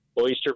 Oyster